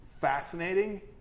fascinating